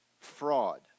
fraud